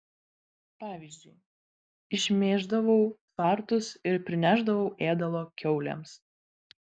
pavyzdžiui išmėždavau tvartus ir prinešdavau ėdalo kiaulėms